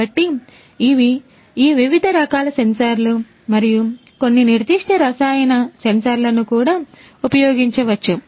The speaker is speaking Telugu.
కాబట్టి ఇవి ఈ వివిధ రకాల సెన్సార్లు మరియు కొన్ని నిర్దిష్ట రసాయన సెన్సార్లను కూడా ఉపయోగించవచ్చు